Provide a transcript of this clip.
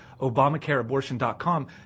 ObamacareAbortion.com